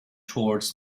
towards